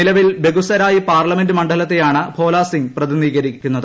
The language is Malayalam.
നിലവിൽ ബെഗുസരായി പാർലമെന്റ് മണ്ഡലത്തെയാണ് ഭോലസിംഗ് പ്രതിനിധീകരിക്കുന്നത്